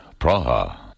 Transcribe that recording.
Praha